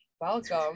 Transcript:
Welcome